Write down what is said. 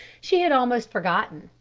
she had almost forgotten,